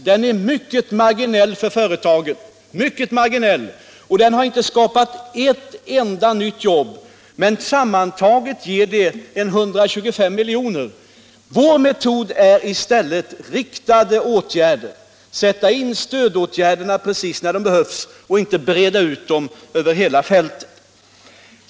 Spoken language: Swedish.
Den är mycket marginell för företagen och har inte skapat ett enda nytt jobb. Men sammantaget kostar den omkring 125 miljoner. Vår metod är i stället riktade åtgärder. Vi vill sätta in stödåtgärderna precis där de behövs och inte breda ut dem över hela fältet.